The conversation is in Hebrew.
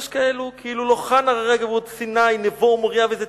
אז יש כאלו "כאילו לא כאן הררי הגבהות: / סיני נבו ומורייה וזיתים".